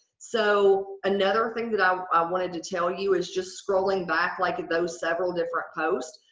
so another thing that um i wanted to tell you is just scrolling back like those several different posts.